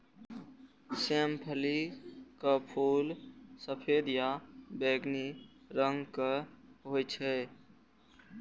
सेम फलीक फूल सफेद या बैंगनी रंगक होइ छै